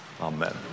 Amen